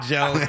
Joe